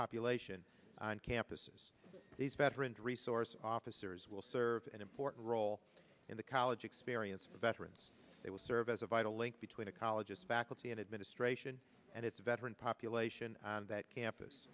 population on campuses these veterans resource officers will serve an important role in the college experience for veterans they will serve as a vital link between ecologists faculty and administration and its veteran population on that campus